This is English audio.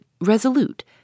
resolute